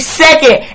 second